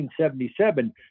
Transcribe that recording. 1977